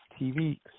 TV